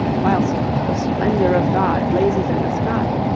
whilst the splendour of god blazes in the sky.